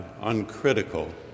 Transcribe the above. uncritical